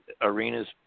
arena's